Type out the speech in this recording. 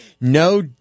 No